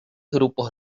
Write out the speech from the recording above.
grupos